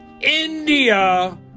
India